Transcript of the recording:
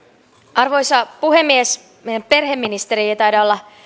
arvoisa puhemies meidän perheministeri ei ei taida olla